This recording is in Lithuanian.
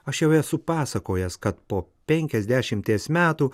aš jau esu pasakojęs kad po penkiasdešimties metų